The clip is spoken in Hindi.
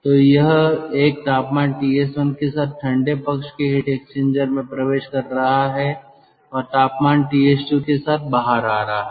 तो यह एक तापमान TS1 के साथ ठंडे पक्ष के हीट एक्सचेंजर में प्रवेश कर रहा है और तापमान TS2 के साथ बाहर आ रहा है